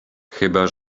chyba